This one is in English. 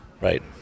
right